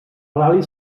ral·li